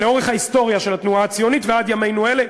לאורך ההיסטוריה של התנועה הציונית ועד ימינו אלה,